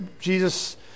Jesus